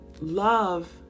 love